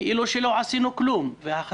זה כאילו שלא עשינו כלום.